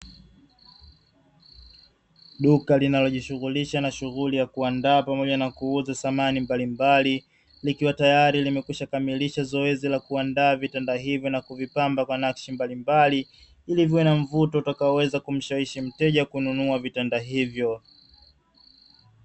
Duka linalojishughulisha na shughuli ya kuandaa pamoja na kuuza samahani mbalimbali, likiwa tayari limekwishakamilisha zoezi la kuandaa vitanda hivi na kuvipamba kwa nakshi mbali mbali, ili viwe na mvuto utakaoweza kumshawishi mteja kununua vitanda hivyo.